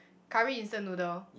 curry instant noodle